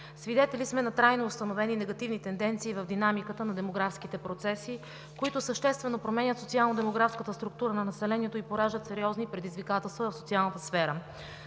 Свидетели сме на трайно установени негативни тенденции в динамиката на демографските процеси, които съществено променят социално-демографската структура на населението и пораждат сериозни предизвикателства в социалната сфера.